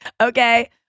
okay